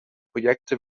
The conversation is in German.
projekte